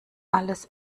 alles